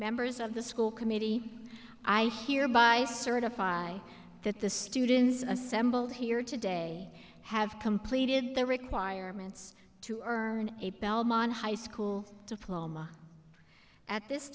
members of the school committee i hereby certify that the students assembled here today have completed their requirements to earn eight belmont high school diploma at this